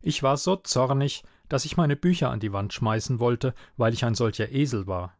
ich war so zornig daß ich meine bücher an die wand schmeißen wollte weil ich ein solcher esel war